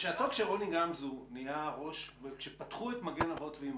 בשעתו, כשפתחו את "מגן אבות ואימהות",